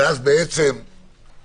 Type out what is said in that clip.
ואז הסעיף בעצם בטל